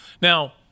Now